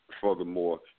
furthermore